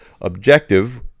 Objective